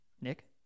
Nick